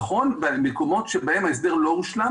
נכון שבמקומות בהם ההסדר לא הושלם